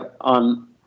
on